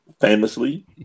famously